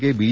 K B